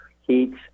heats